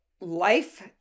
life